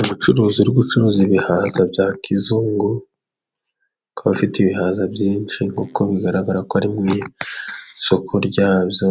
Umucuruzi uri gucuruza ibihaza bya kizungu ,kuba afite ibihaza byinshi kuko bigaragara ko ari mu isoko ryabyo ,